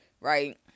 right